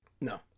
No